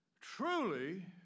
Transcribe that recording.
Truly